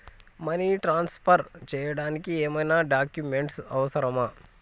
Money transfer చేయడానికి ఏమైనా documents అవసరమా?